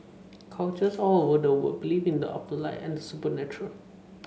cultures all over the world believe in the afterlife and the supernatural